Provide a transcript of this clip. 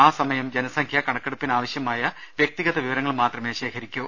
ആ സമയം ജനസംഖ്യാ കണക്കെടുപ്പിനാവശ്യമായ വൃക്തിഗത വിവര ങ്ങൾ മാത്രമേ ശേഖരിക്കൂ